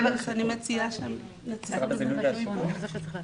ברשותכם, אני אציג את הצעת החוק.